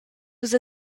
vus